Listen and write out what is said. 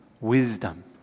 wisdom